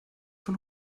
von